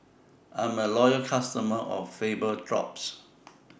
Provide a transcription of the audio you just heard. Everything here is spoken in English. I'm A Loyal customer of Vapodrops